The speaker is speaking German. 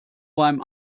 beim